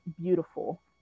beautiful